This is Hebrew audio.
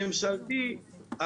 ממשלתי,